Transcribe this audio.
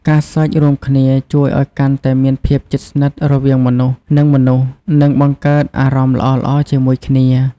ការសើចរួមគ្នាជួយឲ្យកាន់តែមានភាពជិតស្និទរវាងមនុស្ស នឹងមនុស្ស និងបង្កើតអារម្មណ៍ល្អៗជាមួយគ្នា។